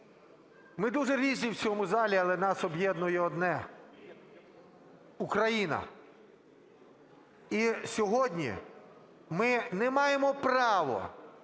Ми дуже різні в цьому залі, але нас об'єднує одне - Україна. І сьогодні ми не маємо права